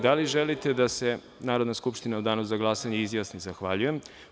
Da li želite da se Narodna skupština u danu za glasanje izjasni? (Da.) Zahvaljujem.